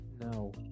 No